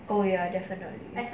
oh ya definitely